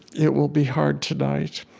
it will be hard tonight.